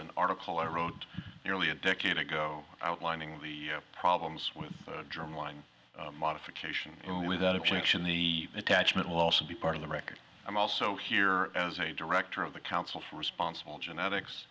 an article i wrote nearly a decade ago outlining the problems with germ line modification and without objection the attachment will also be part of the record i'm also here as a director of the council for responsible genetics